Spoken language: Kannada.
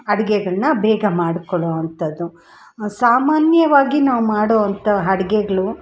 ಅಡ್ಗೆಗಳನ್ನ ಬೇಗ ಮಾಡ್ಕೊಳ್ಳೋ ಅಂಥದ್ದು ಸಾಮಾನ್ಯವಾಗಿ ನಾವು ಮಾಡೊ ಅಂಥ ಅಡ್ಗೆಗ್ಳು